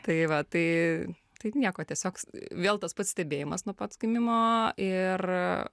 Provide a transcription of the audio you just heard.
tai va tai tai nieko tiesiog vėl tas pats stebėjimas nuo pat gimimo ir